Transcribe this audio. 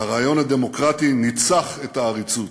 הרעיון הדמוקרטי ניצח את העריצות.